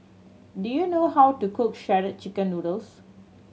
do you know how to cook Shredded Chicken Noodles